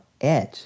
edge